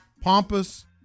Pompous